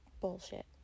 bullshit